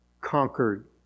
conquered